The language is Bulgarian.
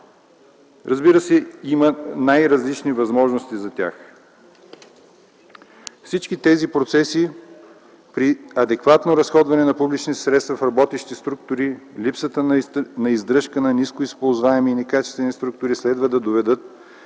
Разбира се, има най-различни възможности за тях. Всички тези процеси при адекватно разходване на публичните средства в работещите структури, липсата на издръжка на нискоизползваеми и некачествени структури следва да доведат